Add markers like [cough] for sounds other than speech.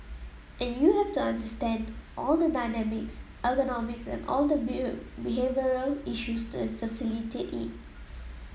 and you have to understand all the dynamics ergonomics all the [unintelligible] behavioural issues and facilitate it